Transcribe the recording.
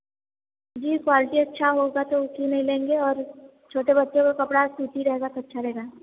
जी quality अच्छा होगा तो उसी में लेंगे और छोटे बच्चों का कपड़ा सूती रहेगा तो अच्छा रहेगा